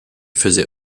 faisait